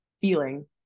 feeling